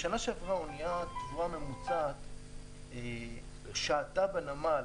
בשנה שעברה אוניית תבואה ממוצעת שהתה בנמל,